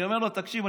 אני אומר לו: תקשיב,